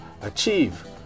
achieve